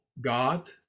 God